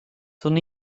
toen